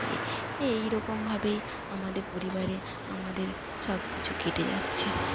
এইরকমভাবেই আমাদের পরিবারে আমাদের সব কিছু কেটে যাচ্ছে